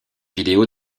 vidéos